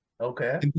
Okay